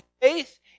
faith